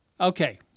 Okay